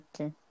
Okay